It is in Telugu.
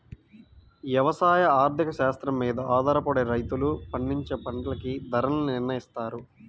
యవసాయ ఆర్థిక శాస్త్రం మీద ఆధారపడే రైతులు పండించే పంటలకి ధరల్ని నిర్నయిత్తారు